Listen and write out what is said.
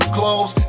clothes